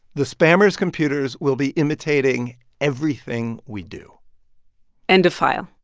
the spammers' computers will be imitating everything we do end of file